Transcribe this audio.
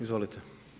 Izvolite.